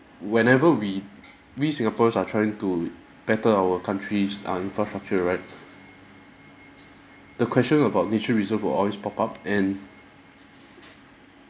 whenever we we singaporeans are trying to better our countries uh infrastructure right the question about nature reserve will always pop up and